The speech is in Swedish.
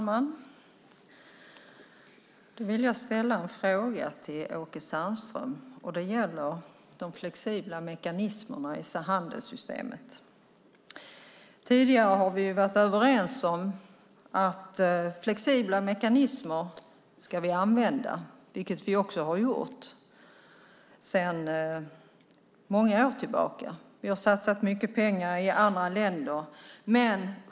Fru talman! Min fråga till Åke Sandström gäller de flexibla mekanismerna i handelssystemet. Tidigare har vi varit överens om att vi ska använda flexibla mekanismer, vilket vi också har gjort sedan många år tillbaka. Vi har satsat mycket pengar i andra länder.